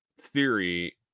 theory